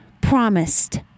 promised